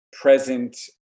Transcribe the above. present